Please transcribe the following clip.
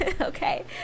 Okay